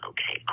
Okay